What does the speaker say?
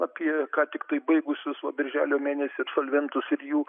apie ką tiktai baigusius va birželio mėnesį absolventus ir jų